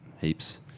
heaps